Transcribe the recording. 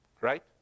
right